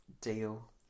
Deal